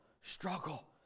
struggle